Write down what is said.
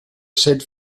sid